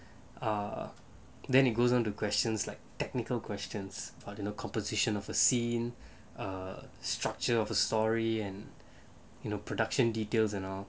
ah then it goes down to questions like technical questions cardinal composition of a scene or structure of a story and you know production details and all